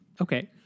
Okay